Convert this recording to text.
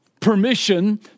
permission